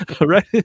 Right